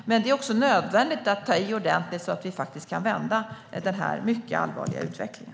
Men det är nödvändigt att ta i ordentligt så att vi faktiskt kan vända den här mycket allvarliga utvecklingen.